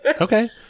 Okay